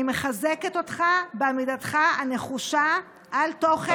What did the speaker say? שאני מחזקת אותך בעמידתך הנחושה על תוכן תוכנית החומש.